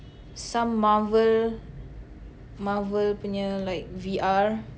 some Marvel Marvel punya like V_R